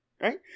Right